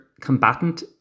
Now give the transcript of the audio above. combatant